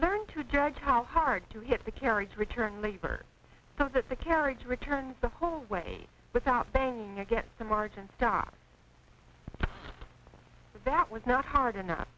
learn to judge how hard to hit the carriage return lever so that the carriage returns the whole way without banging against the margin stop that with not hard enough